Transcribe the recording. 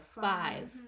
five